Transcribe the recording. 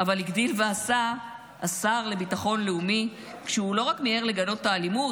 אבל הגדיל ועשה השר לביטחון לאומי כשהוא לא רק מיהר לגנות את האלימות,